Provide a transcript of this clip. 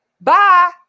Bye